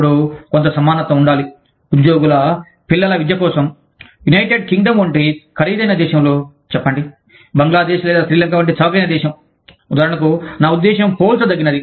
అప్పుడు కొంత సమానత్వం ఉండాలి ఉద్యోగుల పిల్లల విద్య కోసం యునైటెడ్ కింగ్డమ్ వంటి ఖరీదైన దేశంలో చెప్పండి బంగ్లాదేశ్ లేదా శ్రీలంక వంటి చవకైన దేశం ఉదాహరణకు నా ఉద్దేశ్యం పోల్చదగినది